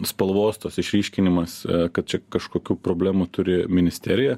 spalvos tos išryškinimas kad čia kažkokių problemų turi ministerija